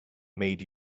made